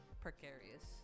precarious